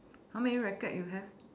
how many racket you have